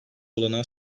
olanağı